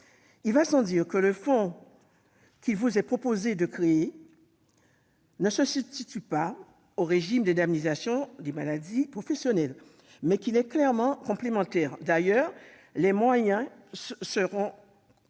Il va sans dire que le fonds qu'il vous est proposé de créer ne se substitue pas au régime d'indemnisation des maladies professionnelles. Il en est clairement complémentaire ! D'ailleurs, opposer les deux mécanismes